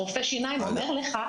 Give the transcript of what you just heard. רופא השיניים אומר לך,